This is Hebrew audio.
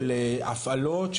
של הפעלות,